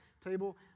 table